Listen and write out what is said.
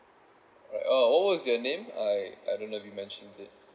alright uh what was your name I I don't know if you mentioned it